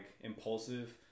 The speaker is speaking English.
impulsive